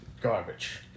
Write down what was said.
Garbage